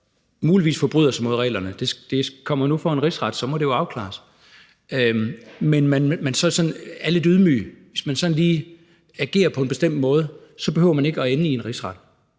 muligvis forbryder sig mod reglerne – det kommer jo nu for en rigsret, og så må det jo afklares – men er sådan lidt ydmyg og lige agerer på en bestemt måde, så behøver man ikke at ende i en rigsret.